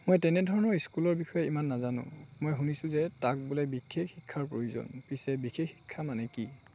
মই তেনেধৰণৰ স্কুলৰ বিষয়ে ইমান নাজানো মই শুনিছো যে তাক বোলে বিশেষ শিক্ষাৰ প্ৰয়োজন পিছে বিশেষ শিক্ষা মানে কি